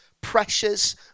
pressures